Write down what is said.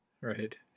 right